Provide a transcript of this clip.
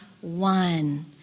one